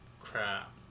crap